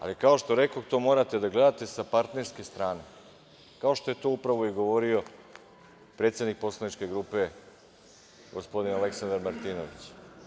Ali, kao što rekoh, to morate da gledate sa partnerske strane, kao što je to upravo i govorio predsednik poslaničke grupe, gospodin Aleksandar Martinović.